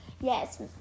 Yes